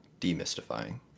demystifying